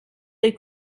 les